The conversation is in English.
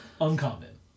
uncommon